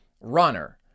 runner